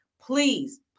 please